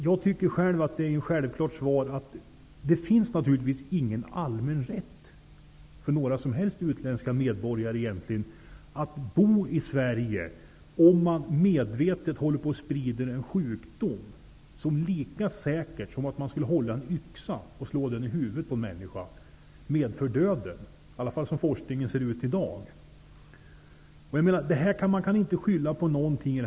Jag menar att det självklara svaret är att det naturligtvis inte finns någon allmän rätt för några som helst utländska medborgare att bo i Sverige, om de medvetet håller på att sprida en sjukdom som medför döden lika säkert som om de skulle slå en yxa i huvudet på en annan människa -- i alla fall gäller det såsom forskningen ser ut i dag. Man kan i det här fallet inte skylla på någonting.